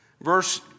Verse